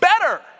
better